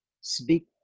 speak